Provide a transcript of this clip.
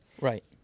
Right